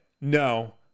No